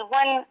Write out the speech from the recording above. one